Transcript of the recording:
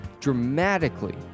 dramatically